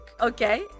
Okay